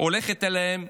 הולכת אליהן,